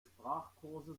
sprachkurse